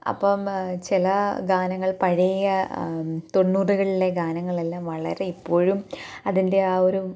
അപ്പം ചില ഗാനങ്ങൾ പഴയ തൊണ്ണൂറുകളിലെ ഗാനങ്ങളെല്ലാം വളരെ ഇപ്പോഴും അതിന്റെ ആ ഒരു